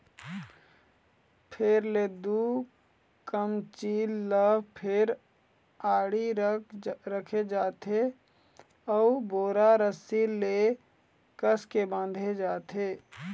फेर ले दू कमचील ल फेर आड़ी रखे जाथे अउ बोरा रस्सी ले कसके बांधे जाथे